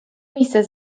miejsce